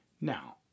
Now